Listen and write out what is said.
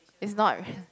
it's not